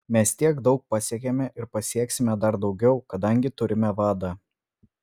mes tiek daug pasiekėme ir pasieksime dar daugiau kadangi turime vadą